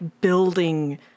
building